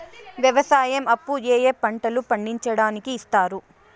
వ్యవసాయం అప్పు ఏ ఏ పంటలు పండించడానికి ఇస్తారు?